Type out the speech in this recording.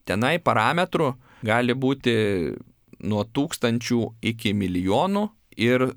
tenai parametrų gali būti nuo tūkstančių iki milijonų ir